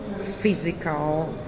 Physical